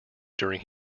during